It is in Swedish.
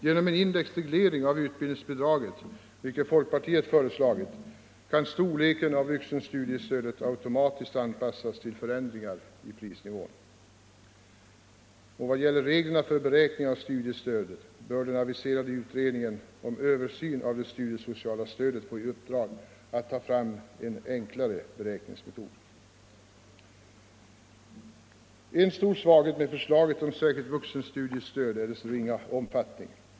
Genom en indexreglering av ut Tisdagen den bildningsbidraget, som folkpartiet föreslagit, kan storleken av vuxenstu 20 maj 1975 diestödet automatiskt anpassas till förändringar i prisnivån. Vad gäller reglerna för beräkning av studiestöd bör den aviserade utredningen om Vuxenutbildningen, översyn av det, studiesociala stödet få i uppdrag att ta fram en enklare — m.m. beräkningsmetod. Den stora svagheten med förslaget om särskilt vuxenstudiestöd är stödets ringa omfattning.